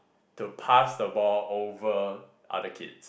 to pass the ball over other kids